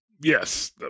Yes